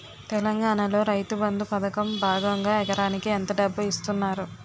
తెలంగాణలో రైతుబంధు పథకం భాగంగా ఎకరానికి ఎంత డబ్బు ఇస్తున్నారు?